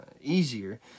easier